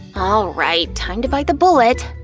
all right, time to bite the bullet.